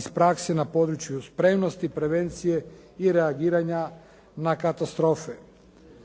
iz prakse na području spremnosti, prevencije i reagiranja na katastrofe.